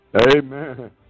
Amen